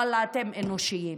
ואללה, אתם אנושיים.